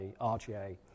RGA